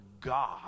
God